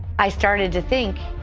i started to think,